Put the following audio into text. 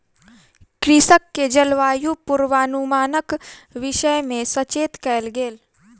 कृषक के जलवायु पूर्वानुमानक विषय में सचेत कयल गेल